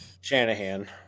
Shanahan